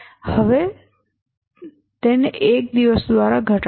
હવે તેને 1 દિવસ દ્વારા ઘટાડો